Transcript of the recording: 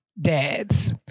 Dads